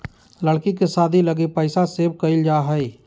लड़की के शादी लगी पैसा सेव क़इल जा हइ